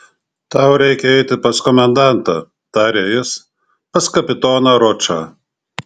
tau reikia eiti pas komendantą tarė jis pas kapitoną ročą